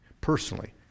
personally